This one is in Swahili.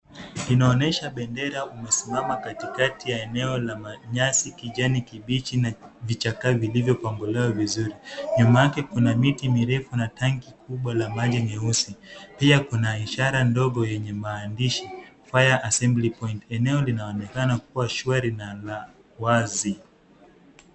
Inaonyesha bendera imesimama katikati ya eneo la manyasi kijani kibichi na vichaka vilivyo kongolewa vizuri. Nyuma yake una miti mirefu na tanki kubwa la maji nyeusi. Pia kuna ishara ndogo yenye maandishi fire asembly point . Eneo linaonekana kuwa shwari na la wazi.